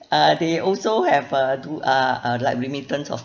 uh they also have uh do uh uh like remittance of